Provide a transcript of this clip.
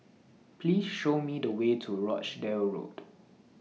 Please Show Me The Way to Rochdale Road